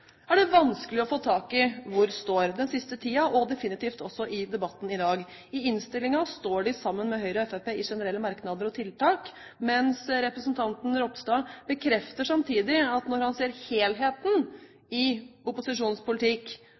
det vært vanskelig å få tak i hvor står i den siste tiden, og definitivt også i debatten i dag. I innstillingen står de sammen med Høyre og Fremskrittspartiet om generelle merknader og tiltak, men representanten Ropstad bekrefter samtidig at når han ser helheten i